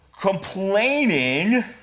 complaining